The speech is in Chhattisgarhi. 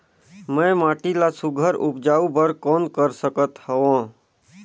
मैं माटी मा सुघ्घर उपजाऊ बर कौन कर सकत हवो?